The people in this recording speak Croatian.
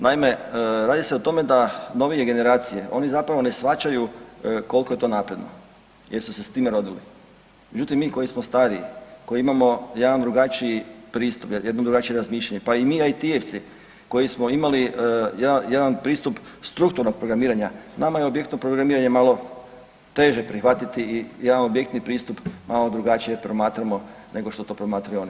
Naime, rade se o tome da novije generacije oni zapravo ne shvaćaju koliko je to napredno jer su se s time rodili, međutim mi koji smo stariji koji imamo jedan drugačiji pristup jedno drugačije razmišljanje, pa i mi IT-evci koji smo imali jedan pristup strukturnog programiranja, nama je u objektu programiranja malo teže prihvatiti jedan objektni pristup malo drugačije promatramo nego što to promatraju oni.